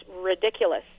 ridiculous